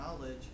knowledge